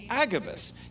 Agabus